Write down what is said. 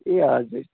ए हजुर